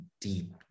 deep